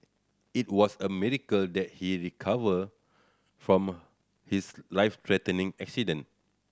it was a miracle that he recovered from his life threatening accident